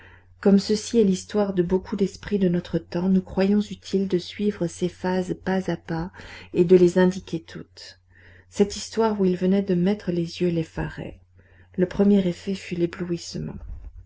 comme ceci est l'histoire de beaucoup d'esprits de notre temps nous croyons utile de suivre ces phases pas à pas et de les indiquer toutes cette histoire où il venait de mettre les yeux l'effarait le premier effet fut l'éblouissement